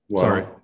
sorry